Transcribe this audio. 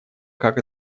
как